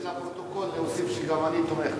בשביל הפרוטוקול, להוסיף שגם אני תומך.